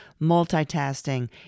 multitasking